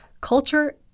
culture